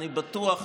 אני בטוח,